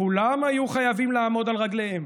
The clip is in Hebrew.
כולם היו חייבים לעמוד על רגליהם